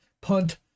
Punt